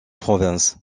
provence